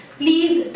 please